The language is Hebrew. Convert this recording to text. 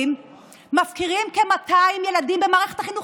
"לכספומטים נמאס, נמאס מהשחיתות שלכם".